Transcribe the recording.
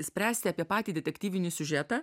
spręsti apie patį detektyvinį siužetą